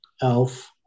Elf